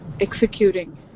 executing